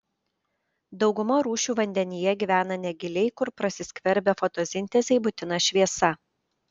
dauguma rūšių vandenyje gyvena negiliai kur prasiskverbia fotosintezei būtina šviesa